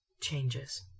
changes